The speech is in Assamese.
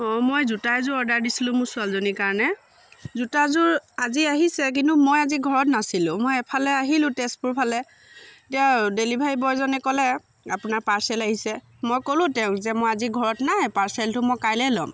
অঁ মই জোতা এযোৰ অৰ্ডাৰ দিছিলোঁ মোৰ ছোৱালীজনীৰ কাৰণে জোতাযোৰ আজি আহিছে কিন্তু মই আজি ঘৰত নাছিলোঁ মই এফালে আহিলোঁ তেজপুৰ ফালে এতিয়া ডেলিভাৰী বয়জনে ক'লে আপোনাৰ পাৰ্চেল আহিছে মই ক'লো তেওঁক যে মই আজি ঘৰত নাই পাৰ্চেলটো মই কাইলে ল'ম